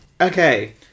Okay